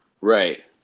Right